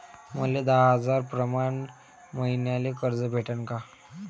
मले दहा हजार प्रमाण मईन्याले कर्ज भेटन का?